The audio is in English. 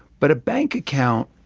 but a bank account,